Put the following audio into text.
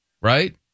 right